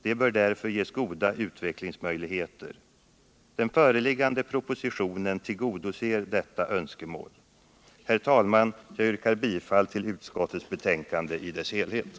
De bör därför ges goda utvecklingsmöjligheter. Den föreliggande propositionen tillgodoser dessa önskemål. Herr talman! Jag yrkar bifall till utskottets hemställan på samtliga punkter.